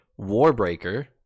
Warbreaker